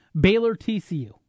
Baylor-TCU